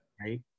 right